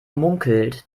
munkelt